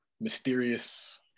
mysterious